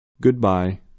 Goodbye